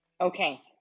Okay